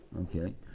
Okay